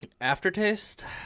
Aftertaste